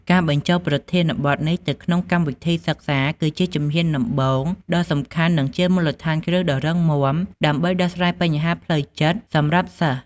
ការបញ្ចូលប្រធានបទនេះទៅក្នុងកម្មវិធីសិក្សាគឺជាជំហានដំបូងដ៏សំខាន់និងជាមូលដ្ឋានគ្រឹះដ៏រឹងមាំដើម្បីដោះស្រាយបញ្ហាផ្លូវចិត្តសម្រាប់សិស្ស។